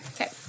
Okay